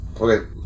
Okay